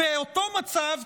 ואותו מצב,